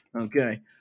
Okay